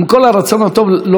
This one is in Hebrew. לומר לכם,